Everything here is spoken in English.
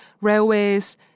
railways